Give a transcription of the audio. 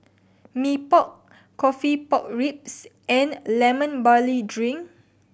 Mee Pok coffee pork ribs and Lemon Barley Drink